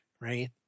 Right